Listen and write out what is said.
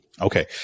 Okay